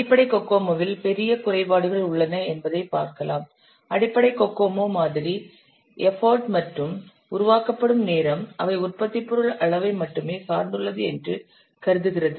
அடிப்படை கோகோமோவில் பெரிய குறைபாடுகள் உள்ளன என்பதைப் பார்க்கலாம் அடிப்படை கோகோமோ மாதிரி எஃபர்ட் மற்றும் உருவாக்கப்படும் நேரம் அவை உற்பத்திப் பொருள் அளவை மட்டுமே சார்ந்துள்ளது என்று கருதுகிறது